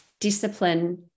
discipline